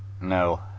No